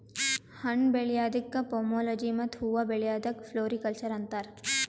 ಹಣ್ಣ್ ಬೆಳ್ಯಾದಕ್ಕ್ ಪೋಮೊಲೊಜಿ ಮತ್ತ್ ಹೂವಾ ಬೆಳ್ಯಾದಕ್ಕ್ ಫ್ಲೋರಿಕಲ್ಚರ್ ಅಂತಾರ್